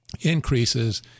increases